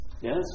Yes